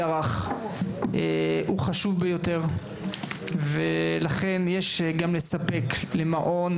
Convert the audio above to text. הרך הוא חשוב ביותר ולכן יש גם לספק למעון,